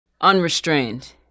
Unrestrained